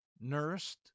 nursed